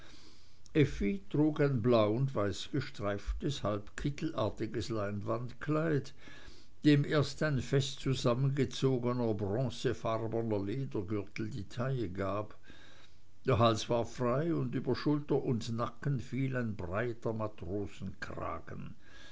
trug ein blau und weiß gestreiftes halb kittelartiges leinwandkleid dem erst ein fest zusammengezogener bronzefarbener ledergürtel die taille gab der hals war frei und über schulter und nacken fiel ein breiter matrosenkragen